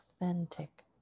authentic